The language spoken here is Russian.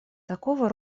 такого